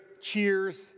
cheers